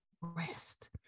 rest